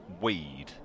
weed